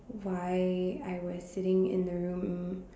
why I was sitting in the room